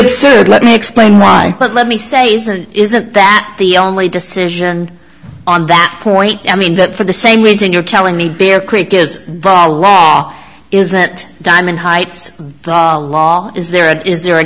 absurd let me explain why but let me say it isn't that the only decision on that point i mean that for the same reason you're telling me bear creek is fall law is that diamond heights law is there or is there an